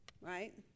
Right